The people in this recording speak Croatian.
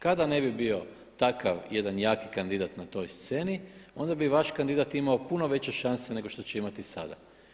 Kada ne bi bio takav jedan jaki kandidat na toj sceni onda bi vaš kandidat imao puno veće šanse nego što će imati sada.